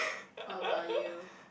what about you